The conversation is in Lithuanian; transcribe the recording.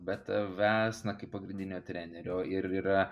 be tavęs na kaip pagrindinio trenerio ir yra